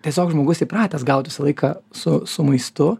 tiesiog žmogus įpratęs gaut visą laiką su su maistu